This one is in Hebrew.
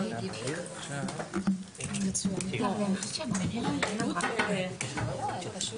הישיבה ננעלה בשעה 12:15.